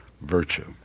virtue